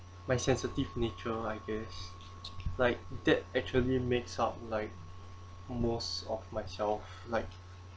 my sensitive nature I guess like that actually makes out like most of myself like